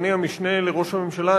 אדוני המשנה לראש הממשלה,